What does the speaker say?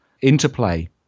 interplay